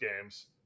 games